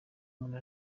umuntu